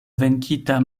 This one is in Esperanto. venkita